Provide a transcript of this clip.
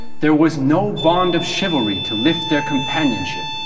there was no bond of chivalry to lift their companionship.